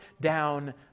down